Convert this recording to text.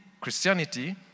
Christianity